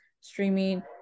streaming